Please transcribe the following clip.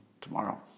tomorrow